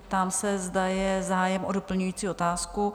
Zeptám se, zda je zájem o doplňující otázku?